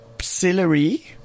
celery